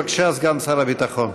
בבקשה, סגן שר הביטחון.